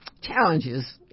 challenges